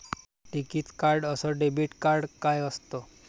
टिकीत कार्ड अस debit card काय असत?